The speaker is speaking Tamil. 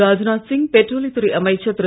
ராஜ்நாத் சிங் பெட்ரோலியத் துறை அமைச்சர் திரு